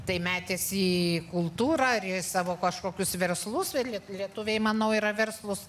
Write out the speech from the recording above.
tai metėsi į kultūrą ar į savo kažkokius verslus lie lietuviai manau yra verslūs